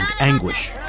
anguish